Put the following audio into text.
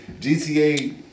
GTA